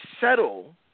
settle